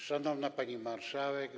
Szanowna Pani Marszałek!